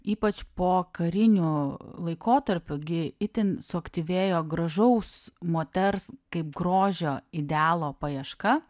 ypač pokariniu laikotarpiu gi itin suaktyvėjo gražaus moters kaip grožio idealo paieška